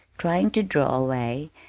trying to draw away,